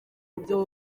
jean